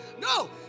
no